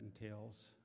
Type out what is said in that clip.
entails